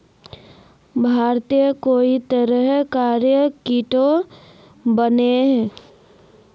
भारतोत कई तरह कार कीट बनोह